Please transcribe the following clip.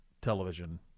television